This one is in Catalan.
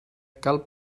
cal